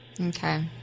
Okay